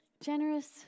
generous